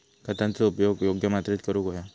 खतांचो उपयोग योग्य मात्रेत करूक व्हयो